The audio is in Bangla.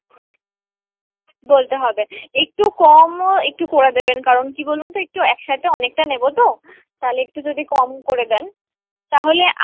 বলতে হবে একটু কমও একটু করে দেবেন কারণ কি বলুন তো একটু একসাথে অনেকটা নেবো তো তাহলে একটু যদি কম করে দেন তাহলে